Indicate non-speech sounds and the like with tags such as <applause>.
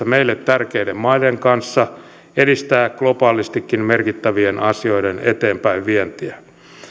<unintelligible> meille tärkeiden maiden kanssa edistää globaalistikin merkittävien asioiden eteenpäinvientiä